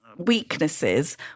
Weaknesses